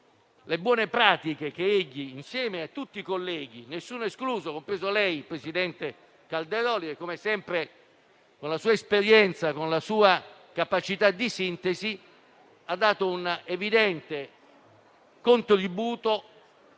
le buone pratiche messe in atto insieme a tutti i colleghi, nessuno escluso, compreso lei, presidente Calderoli, che come sempre, con la sua esperienza e capacità di sintesi, ha dato un evidente contributo